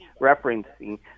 referencing